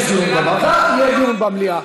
יש דיון בוועדה, יהיה דיון במליאה.